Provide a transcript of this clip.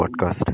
podcast